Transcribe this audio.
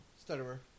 Stutterer